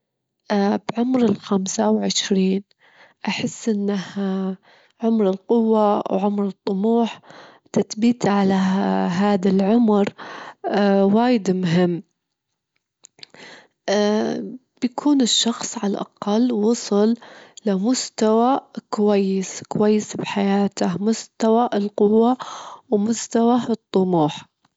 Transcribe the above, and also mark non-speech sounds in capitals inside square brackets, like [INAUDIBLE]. أحب أسمي، أحب أحتفظ بأسمي الأول، لأن أسمي وهو جزء من هويتي ومن تاريخي، ما أحس إنه يحتاج أي تغيير [HESITATION] إذا فكرت أغير أحب إني أشوف التجربة جبل يعني.